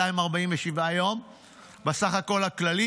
247 יום בסך הכול הכללי.